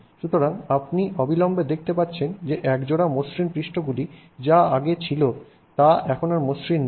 সুতরাং আপনি অবিলম্বে দেখতে পাচ্ছেন যে একজোড়া মসৃণ পৃষ্ঠগুলি যা আগে ছিল তা এখানে আর মসৃণ নেই